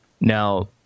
Now